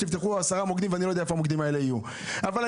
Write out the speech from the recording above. אמרתם